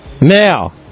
Now